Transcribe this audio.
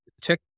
check